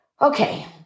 Okay